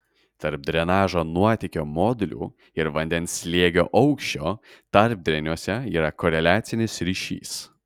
tarp drenažo nuotėkio modulių ir vandens slėgio aukščio tarpdreniuose yra koreliacinis ryšys